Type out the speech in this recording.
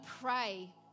pray